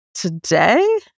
today